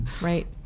right